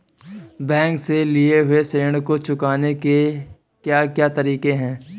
Bank से लिए हुए ऋण को चुकाने के क्या क्या तरीके हैं?